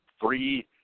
three